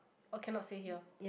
or cannot say here